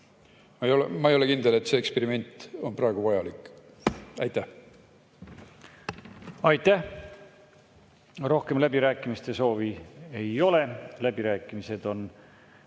ma ei ole kindel, et see eksperiment on praegu vajalik. Aitäh! Aitäh! Rohkem läbirääkimiste soovi ei ole, läbirääkimised on